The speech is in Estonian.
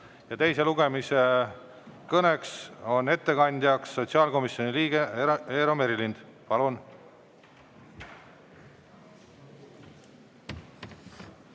Teise lugemise kõne ettekandja on sotsiaalkomisjoni liige Eero Merilind. Palun!